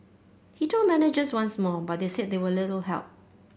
he told managers once more but said they were little help